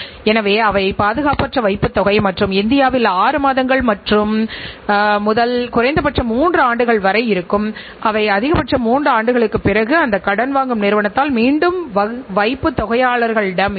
கலந்துரையாடலின் ஆரம்பத்தில் நான் கூறியதை நினைவுபடுத்த விரும்புகிறேன் நிர்வாகக் கணக்கியல் என்பது ஒரு தனித்துவமான பாடம் அல்ல